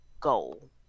goal